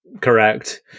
Correct